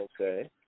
Okay